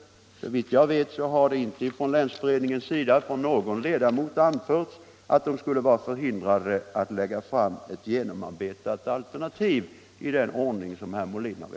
Såvitt jag vet har det inte av någon ledamot inom länsberedningen anförts att beredningen skulle vara förhindrad att lägga fram ett genomarbetat alternativ i den ordning 43